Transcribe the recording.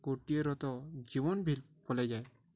କୋଟିଏର ତ ଜୀବନ ଭି ପଲେଇଯାଏ